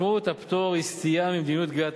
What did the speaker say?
משמעות הפטור היא סטייה ממדיניות גביית